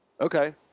Okay